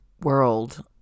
world